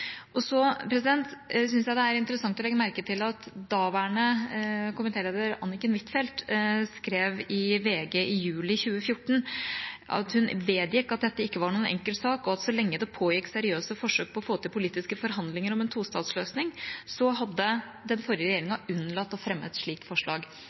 jeg det er interessant å legge merke til at daværende komitéleder Anniken Huitfeldt i VG i juli 2014 skrev at hun vedgikk at dette ikke var noen enkel sak, og at så lenge det pågikk seriøse forsøk på å få til politiske forhandlinger om en tostatsløsning, hadde den forrige regjeringa unnlatt å fremme et slikt forslag.